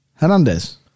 Hernandez